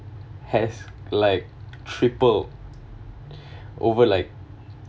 has like triple over like